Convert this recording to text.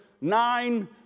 nine